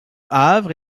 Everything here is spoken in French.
havre